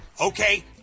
Okay